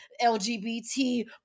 LGBT